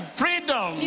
freedom